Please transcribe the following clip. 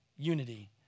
unity